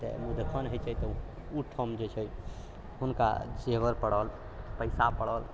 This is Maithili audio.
तऽ मुँह देखाओन होइ छै तऽ ओ ठाम जे छै हुनका जेवर पड़ल पैसा पड़ल